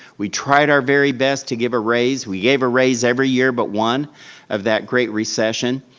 we tried our very best to give a raise. we gave a raise every year but one of that great recession.